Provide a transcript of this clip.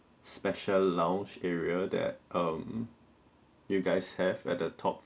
special lounge area that um you guys have at the top